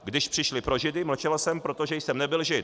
Když přišli pro židy, mlčel jsem, protože jsem nebyl žid.